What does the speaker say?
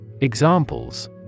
Examples